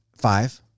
Five